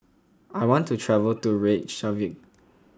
I want to travel to Reykjavik